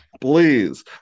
Please